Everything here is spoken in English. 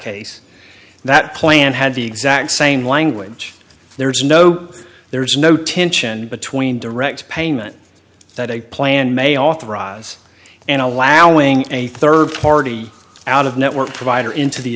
case that plan had the exact same language there's no there's no tension between direct payment that a plan may authorize and allowing a rd party out of network provider into the